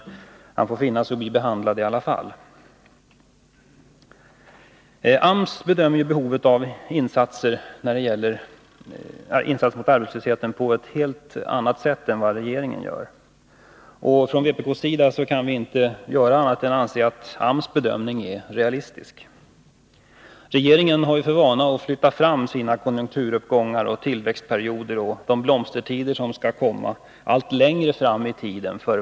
Men han får i alla fall finna sig i att bli bemött. AMS bedömer ju behovet av insatser mot arbetslösheten på ett helt annat sätt än vad regeringen gör. Från vpk:s sida kan vi inte se annat än att AMS bedömning är realistisk. Regeringen har ju för vana att varje gång den frågan behandlas flytta sina konjunkturuppgångar, tillväxtperioder och de blomstertider som skall komma allt längre fram i tiden.